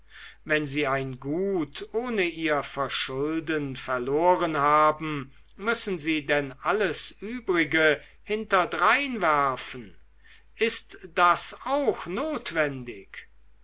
wenn sie ein gut ohne ihr verschulden verloren haben müssen sie denn alles übrige hinterdrein werfen ist das auch notwendig